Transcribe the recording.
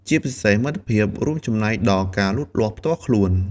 ជាពិសេស មិត្តភាពរួមចំណែកដល់ ការលូតលាស់ផ្ទាល់ខ្លួន។